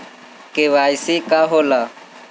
KYC का होला?